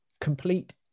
complete